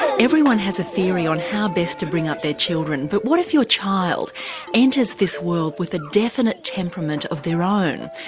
everyone has a theory on how best to bring up their children but what if your child enters this world with a definite temperament of their own?